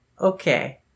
Okay